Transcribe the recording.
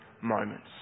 moments